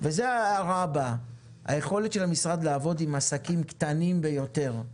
זאת ההערה הבאה: היכולת של המשרד לעבוד עם עסקים קטנים ביותר,